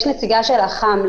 יש נציגה של אח"מ,